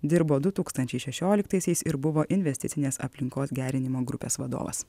dirbo du tūkstančiai šešioliktaisiais ir buvo investicinės aplinkos gerinimo grupės vadovas